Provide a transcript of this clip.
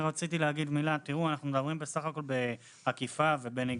אנחנו מדברים באכיפה ובנגישות.